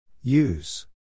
Use